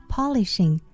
Polishing